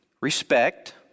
respect